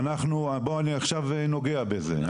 אני עכשיו נוגע בזה.